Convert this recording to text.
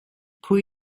pwy